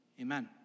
Amen